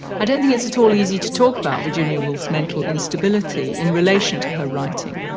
i don't think it's at all easy to talk about virginia woolf's mental instability in relation to her writing.